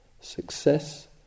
success